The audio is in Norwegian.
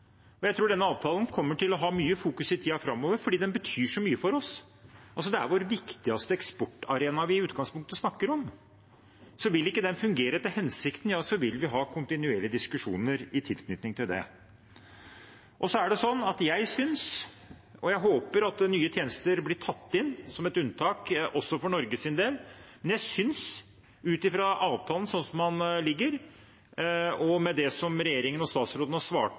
Jeg tror denne avtalen kommer til å være mye i fokus i tiden framover, fordi den betyr så mye for oss. Det er vår viktigste eksportarena vi i utgangspunktet snakker om, så om den ikke fungerer etter hensikten, vil vi ha kontinuerlige diskusjoner i tilknytning til det. Jeg håper at nye tjenester blir tatt inn som et unntak også for Norges del, men jeg synes, ut fra avtalen sånn som den ligger, og med det som regjeringen og statsråden har svart